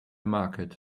market